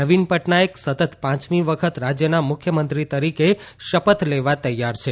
નવીન પટનાયક સતત પાંચમી વખત રાજયના મુખ્યમંત્રી તરીકે શપથ લેવા તૈયાર છે